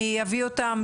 מי יביא אותם,